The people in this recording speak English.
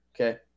okay